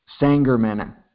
Sangerman